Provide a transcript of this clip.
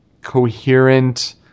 coherent